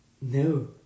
No